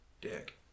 dick